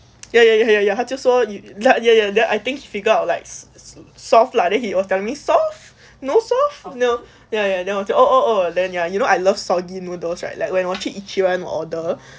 ya ya ya ya 他就说 ya ya then I think figure out like soft lah then he was telling me soft no soft then 我就 oh oh then ya you know I love soggy noodles right like when 我去 ichiran 我 order